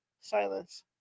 Silence